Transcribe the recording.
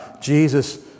Jesus